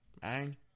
Bang